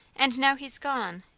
and now he's gone,